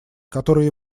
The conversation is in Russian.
которые